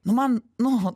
nu man nu